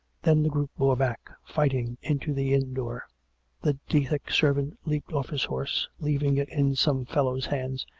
then the group bore back, fighting, into the inn door the dethick servant leapt off his horse, leaving it in some fellow's hands,